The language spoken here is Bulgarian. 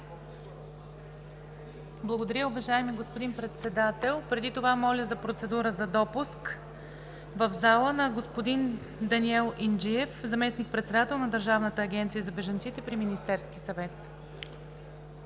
Благодаря, уважаеми господин Председател. Преди това моля за процедура за допуск в залата на господин Даниел Инджиев – заместник-председател на Държавната агенция за бежанците при Министерския съвет.